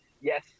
Yes